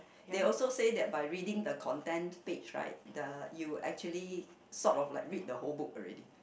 they also said that by reading the content page right the you actually sort of like read the whole book already